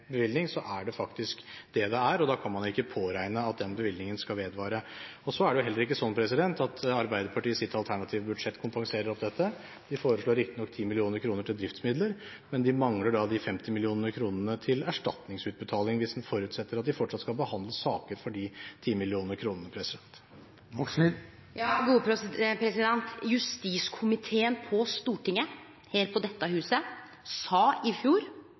bevilgning, er det faktisk det det er, og da kan man ikke påregne at den bevilgningen skal vedvare. Så er det heller ikke slik at Arbeiderpartiets alternative budsjett kompenserer alt dette. De foreslår riktignok 10 mill. kr til driftsmidler, men de mangler 50 mill. kr til erstatningsutbetaling, hvis en forutsetter at de fortsatt skal behandle saker for 10 mill. kr. Justiskomiteen på Stortinget, her på dette huset, sa i fjor